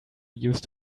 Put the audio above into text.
used